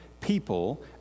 people